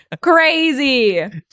Crazy